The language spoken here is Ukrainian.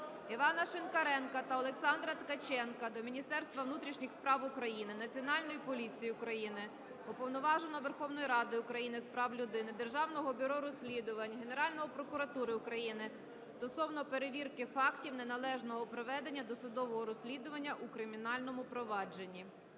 Івана Шинкаренка та Олександра Ткаченка до Міністерства внутрішніх справ України, Національної поліції України, Уповноваженого Верховної Ради України з прав людини, Державного бюро розслідувань, Генеральної прокуратури України стосовно перевірки фактів неналежного проведення досудового розслідування у кримінальному провадженні.